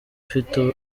ufite